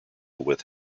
with